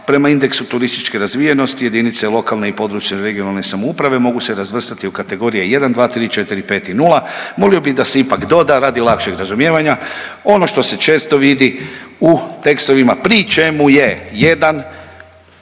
prema indeksu turističke razvijenosti jedinice lokalne i područne (regionalne) samouprave mogu se razvrstati u kategorije 1, 2, 3, 4, 5 i 0, molio bih da se ipak doda, radi lakšeg razumijevanja ono što se često vidi u tekstovima, pri čemu je 1,